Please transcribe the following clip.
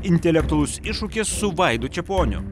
intelektualus iššūkis su vaidu čeponiu